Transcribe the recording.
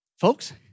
Folks